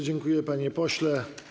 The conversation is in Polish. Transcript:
Dziękuję, panie pośle.